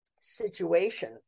situation